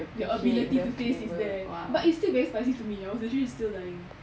your ability to taste is there but it's still very spicy to me I was literally still dying